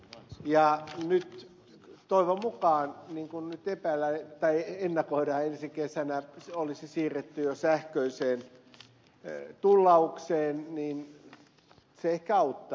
ja kun nyt toivon mukaan niin kuin nyt ennakoidaan ensi kesänä olisi siirrytty jo sähköiseen tullaukseen niin se ehkä auttaa